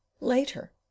Later